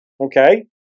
Okay